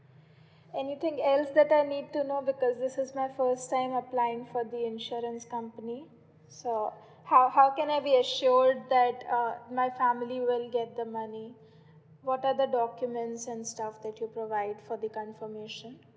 anything else that I need to know because this is my first time applying for the insurance company so how how can I be assured that uh my family will get the money what are the documents and stuff that you provide for the confirmation